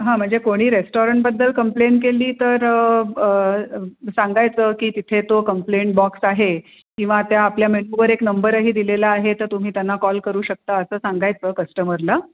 हां म्हणजे कोणी रेस्टॉरंटबद्दल कम्प्लेन केली तर सांगायचं की तिथे तो कम्प्लेंट बॉक्स आहे किंवा त्या आपल्या मेनूवर एक नंबरही दिलेला आहे तर तुम्ही त्यांना कॉल करू शकता असं सांगायचं कस्टमरला